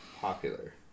popular